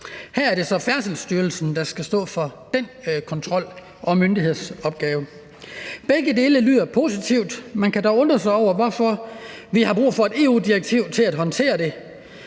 Her er det så Færdselsstyrelsen, der skal stå for den kontrol og myndighedsopgave. Begge dele lyder positivt. Man kan dog undre sig over, at vi har brug for et EU-direktiv til at håndtere det.